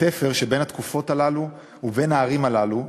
בתפר שבין התקופות האלה ובין הערים האלה,